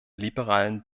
liberalen